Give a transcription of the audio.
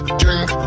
drink